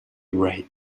right